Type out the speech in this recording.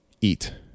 eat